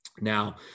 Now